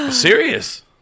Serious